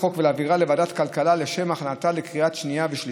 החוק ולהעבירה לוועדת הכלכלה לשם הכנתה לקריאה שנייה ושלישית.